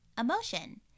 emotion